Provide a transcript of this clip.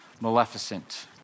Maleficent